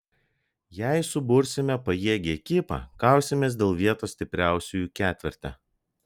jei subursime pajėgią ekipą kausimės dėl vietos stipriausiųjų ketverte